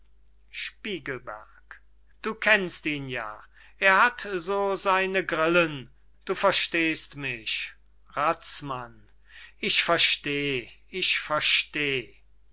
spiegelberg du kennst ihn ja er hat so seine grillen du verstehst mich razmann ich versteh ich versteh